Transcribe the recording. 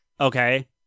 Okay